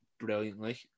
brilliantly